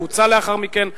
הוא הוצא לאחר מכן,